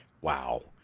Wow